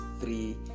three